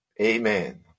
Amen